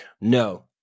No